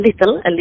little